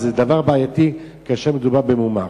זה דבר בעייתי כאשר מדובר במומר.